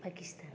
Pakistan